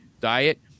diet